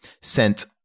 sent